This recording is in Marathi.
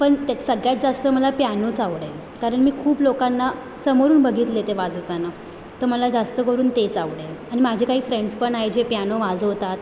पण त्यात सगळ्यात जास्त मला प्यानोच आवडेल कारण मी खूप लोकांना समोरून बघितले ते वाजवताना तर मला जास्त करून तेच आवडेल आणि माझे काही फ्रेंड्स पण आहे जे प्यानो वाजवतात